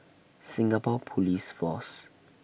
Singapore Police Force